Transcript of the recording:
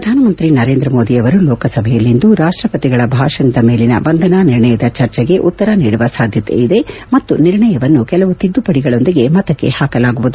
ಪ್ರಧಾನಮಂತ್ರಿ ನರೇಂದ್ರ ಮೋದಿ ಅವರು ಲೋಕಸಭೆಯಲ್ಲಿಂದು ರಾಷ್ಟ ಪತಿಗಳ ಭಾಷಣದ ಮೇಲಿನ ವಂದನಾ ನಿರ್ಣಯದ ಚರ್ಚೆಗೆ ಉತ್ತರ ನೀಡುವ ಸಾಧ್ಯತೆ ಇದೆ ಮತ್ತು ನಿರ್ಣಯವನ್ನು ಕೆಲವು ತಿದ್ದುಪಡಿಗಳೊಂದಿಗೆ ಮತಕ್ಕೆ ಹಾಕಲಾಗುವುದು